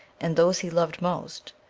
and those he loved most,